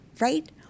right